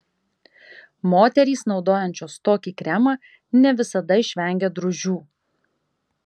moterys naudojančios tokį kremą ne visada išvengia drūžių